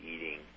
eating